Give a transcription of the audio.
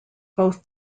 both